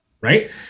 Right